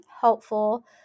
helpful